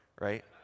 right